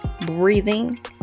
breathing